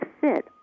fit